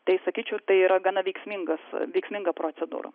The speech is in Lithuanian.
tai sakyčiau tai yra gana veiksmingas veiksminga procedūra